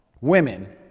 Women